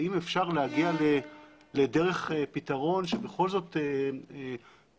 ואם אפשר להגיע לדרך פתרון שבכל זאת תכניס